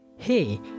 hey